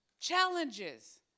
challenges